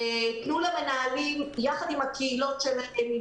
תנו למנהלים ביחד עם הקהילות שלהם,